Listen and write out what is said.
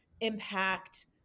impact